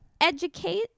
educate